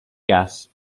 gas